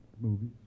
movies